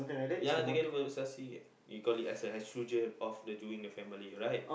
ya together we shall see we call it as have children off to doing the family alright